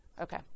Okay